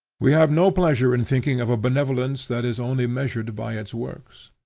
we have no pleasure in thinking of a benevolence that is only measured by its works.